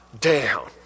down